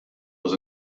was